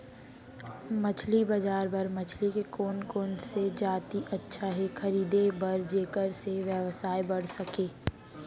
मछली बजार बर मछली के कोन कोन से जाति अच्छा हे खरीदे बर जेकर से व्यवसाय बढ़ सके?